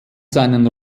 seinen